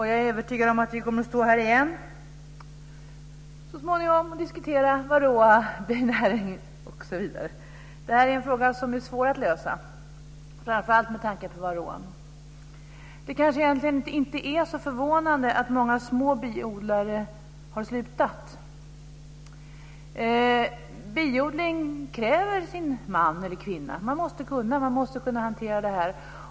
Jag är övertygad om att vi kommer att stå här igen så småningom och diskutera varroa, binäring, osv. Detta är en fråga som är svår att lösa, framför allt med tanke på varroan. Det kanske egentligen inte är så förvånande att många små biodlare har slutat. Biodling kräver sin man eller kvinna. Man måste kunna hantera detta.